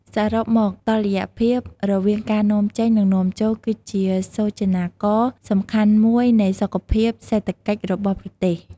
សរុបមក តុល្យភាពរវាងការនាំចេញ និងនាំចូល គឺជាសូចនាករសំខាន់មួយនៃសុខភាពសេដ្ឋកិច្ចរបស់ប្រទេស។